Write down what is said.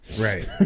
Right